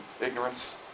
ignorance